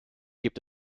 gibt